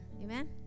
Amen